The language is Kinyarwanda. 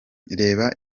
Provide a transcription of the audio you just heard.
reba